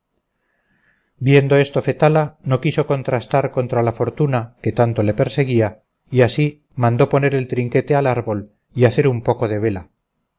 viendo esto fetala no quiso contrastar contra la fortuna que tanto le perseguía y así mandó poner el trinquete al árbol y hacer un poco de vela